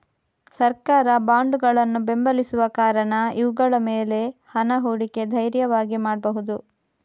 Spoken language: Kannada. ಸರ್ಕಾರ ಬಾಂಡುಗಳನ್ನ ಬೆಂಬಲಿಸುವ ಕಾರಣ ಇವುಗಳ ಮೇಲೆ ಹಣ ಹೂಡಿಕೆ ಧೈರ್ಯವಾಗಿ ಮಾಡ್ಬಹುದು